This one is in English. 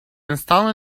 install